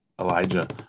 Elijah